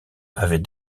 avait